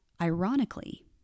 Ironically